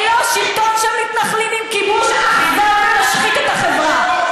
ולא שלטון של מתנחלים עם כיבוש אכזר ומשחית את החברה.